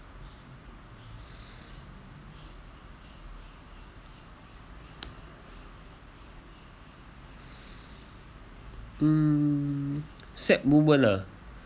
um sad moment ah